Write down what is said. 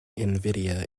nvidia